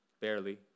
Barely